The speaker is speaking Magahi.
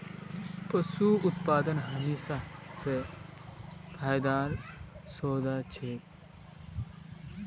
पशू उत्पादन हमेशा स फायदार सौदा छिके